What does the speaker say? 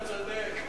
אתה צודק.